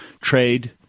trade